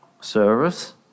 service